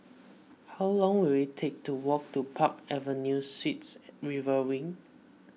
how long will it take to walk to Park Avenue Suites River Wing